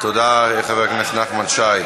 תודה, חבר הכנסת נחמן שי.